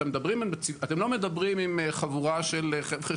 אתם לא מדברים עם חבורה של חבר'ה